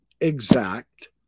exact